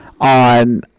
on